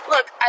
Look